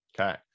Okay